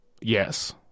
Yes